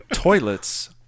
Toilets